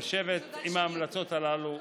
לשבת על ההמלצות הללו.